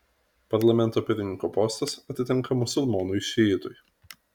parlamento pirmininko postas atitenka musulmonui šiitui